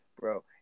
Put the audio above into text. bro